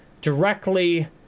directly